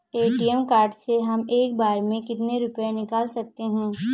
ATM card से हम एक बार में कितने रुपये निकाल सकते हैं?